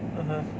(uh huh)